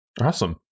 awesome